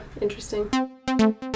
interesting